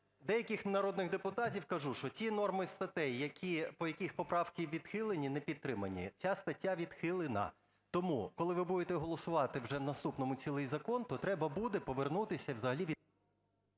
деяких народних депутатів кажу, що ті норми статей, по яких поправки відхилені, не підтримані, ця стаття відхилена. Тому, коли ви будете голосувати вже в наступному цілий закон, то треба буде повернутися взагалі…